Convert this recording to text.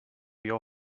your